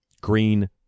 Green